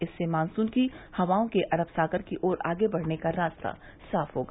इससे मानसून की हवाओं के अरब सागर की ओर आगे बढ़ने का रास्ता साफ होगा